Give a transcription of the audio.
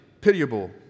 pitiable